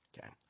Okay